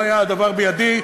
לו היה הדבר בידי,